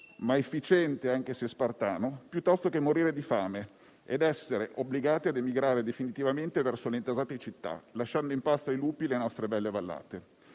efficiente anche se spartano, piuttosto che morire di fame ed essere obbligati ad emigrare definitivamente verso le città intasate, lasciando in pasto ai lupi le nostre belle vallate.